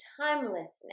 timelessness